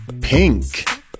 Pink